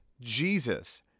Jesus